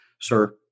sir